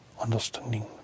understanding